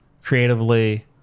Creatively